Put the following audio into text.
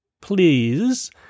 please